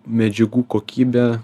medžiagų kokybė